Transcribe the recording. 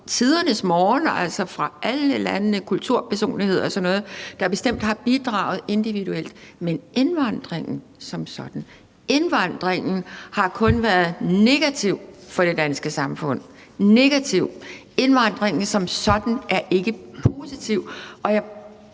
tidernes morgen har kulturpersonligheder fra alle lande og sådan noget bestemt bidraget individuelt, men indvandringen som sådan har kun været negativ for det danske samfund – negativ! Indvandringen som sådan er ikke positiv.